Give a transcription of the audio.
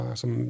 som